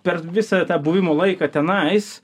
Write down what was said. per visą tą buvimo laiką tenais